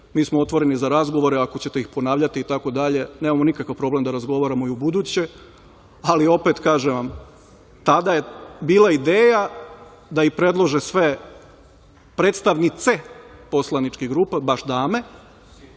mi smo otvoreni za razgovore, ako ćete ih ponavljati itd. Nemamo nikakav problem da razgovaramo i ubuduće, ali opet kažem vam, tada je bila ideja da ih predlože sve predstavnice poslaničkih grupa, baš dame,